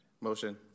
motion